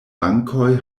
bankoj